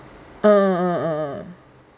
uh uh uh uh uh